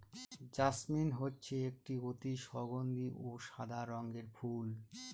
jasmine হচ্ছে একটি অতি সগন্ধি ও সাদা রঙের ফুল